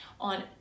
on